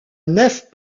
nef